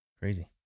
Crazy